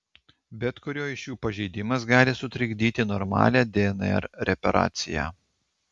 bet kurio iš jų pažeidimas gali sutrikdyti normalią dnr reparaciją